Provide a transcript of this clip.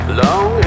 long